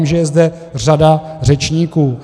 Vím, že je zde řada řečníků.